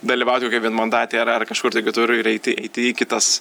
dalyvauti vienmandatėj ar ar kažkur tai kitur ir eiti eiti į kitas